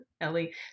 Ellie